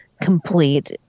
complete